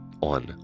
on